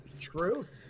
truth